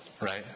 right